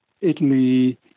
Italy